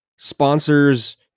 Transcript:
sponsors